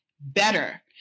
better